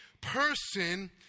person